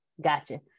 gotcha